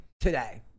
today